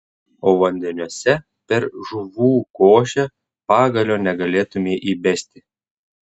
o vandeniuose per žuvų košę pagalio negalėtumei įbesti